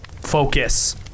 Focus